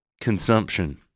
Consumption